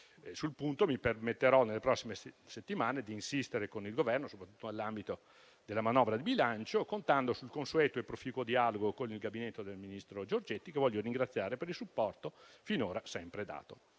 Sul punto mi permetterò di insistere con il Governo nelle prossime settimane, soprattutto nell'ambito della manovra di bilancio, contando sul consueto e proficuo dialogo con il gabinetto del ministro Giorgetti, che voglio ringraziare per il supporto finora sempre dato.